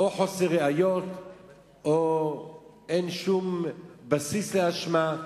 או חוסר ראיות או שאין שום בסיס לאשמה.